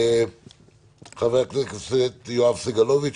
חבר הכנסת יואב סגלוביץ',